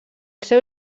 seu